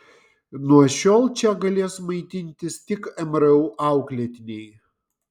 nuo šiol čia galės maitintis tik mru auklėtiniai